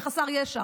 בחסר ישע,